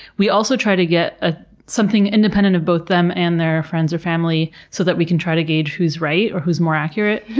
we also try to get ah something independent of both them and their friends or family so that we can try to gauge who's right, or who's more accurate.